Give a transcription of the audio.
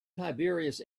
tiberius